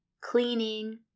cleaning